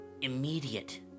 immediate